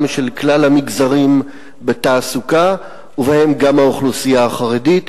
של כלל המגזרים בתעסוקה ובהם גם האוכלוסייה החרדית,